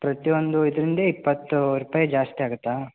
ಪ್ರತಿಯೊಂದು ಇದರಿಂದ ಇಪ್ಪತ್ತು ರೂಪಾಯಿ ಜಾಸ್ತಿ ಆಗುತ್ತಾ